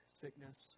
sickness